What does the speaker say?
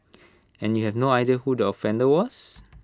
and you have no idea who the offender was